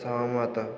ସହମତ